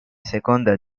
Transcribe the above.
seconda